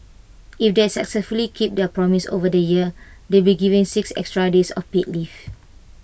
if they successfully keep their promise over the year they'll be given six extra days of paid leave